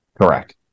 Correct